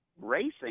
racing